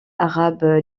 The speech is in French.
arabe